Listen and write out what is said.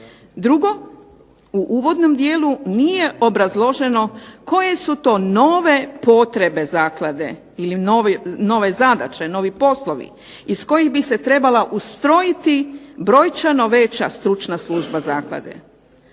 Drugo, u uvodnom dijelu nije obrazloženo koje su to nove potrebe zaklade ili nove zadaće, novi poslovi iz kojih bi se trebala ustrojiti brojčano veća stručna služba zaklade.